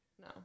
no